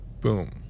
boom